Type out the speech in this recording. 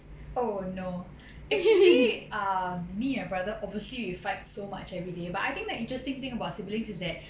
oh no actually err me and my brother obviously we fight so much everyday but I think the interesting thing about siblings is that